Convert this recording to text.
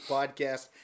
Podcast